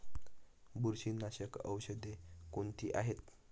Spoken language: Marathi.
बुरशीनाशक औषधे कोणती आहेत?